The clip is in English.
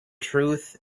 truth